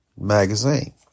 magazine